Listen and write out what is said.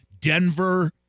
Denver